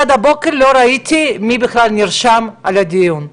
עד הבוקר אני לא ראיתי מי בכלל נרשם לדיון,